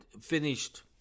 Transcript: finished